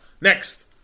Next